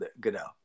Goodell